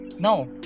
No